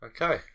Okay